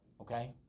okay